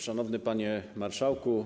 Szanowny Panie Marszałku!